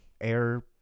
air